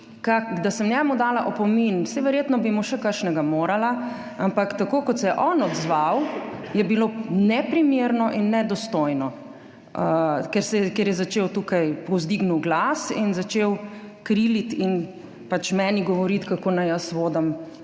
da sem njemu dala opomin, saj verjetno bi mu še kakšnega morala, ampak tako kot se je on odzval, je bilo neprimerno in nedostojno, ker je tukaj povzdignil glas in začel kriliti in meni govoriti, kako naj jaz vodim